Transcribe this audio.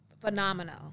phenomenal